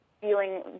feeling